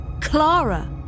Clara